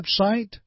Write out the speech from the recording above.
website